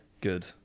good